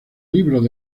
libros